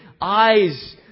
eyes